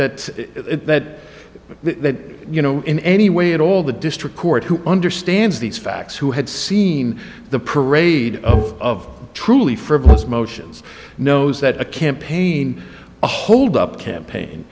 that that that you know in any way at all the district court who understands these facts who had seen the parade of truly frivolous motions knows that a campaign to hold up campaign